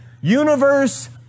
universe